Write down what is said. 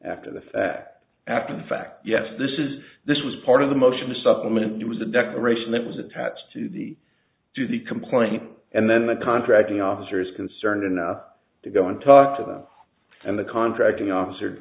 after the fact after the fact yes this is this was part of the motion to supplement and it was a declaration that was attached to the to the complaint and then the contracting officer is concerned enough to go on top of them and the contracting officer